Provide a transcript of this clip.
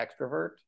extrovert